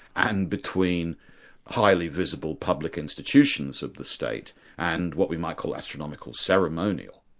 and between highly visible public institutions of the state and what we might call astronomical ceremonial.